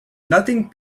nothing